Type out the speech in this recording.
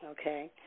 okay